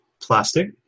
plastic